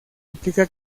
implica